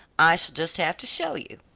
i shall just have to show you,